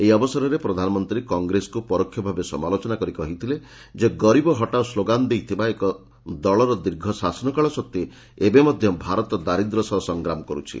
ଏହି ଅବସରରେ ପ୍ରଧାନମନ୍ତ୍ରୀ କଂଗ୍ରେସକୁ ପରୋକ୍ଷ ଭାବେ ସମାଲୋଚନା କରି କହିଥିଲେ ଯେ ଗରିବ ହଟାଓ ସ୍ଲୋଗାନ ଦେଇଥିବା ଏକ ଦଳର ଦୀର୍ଘ ଶାସନକାଳ ସତ୍ତ୍ୱେ ଏବେ ମଧ୍ୟ ଭାରତ ଦାରିଦ୍ର୍ୟ ସହ ସଂଗ୍ରାମ କରୁଛି